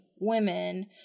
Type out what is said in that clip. women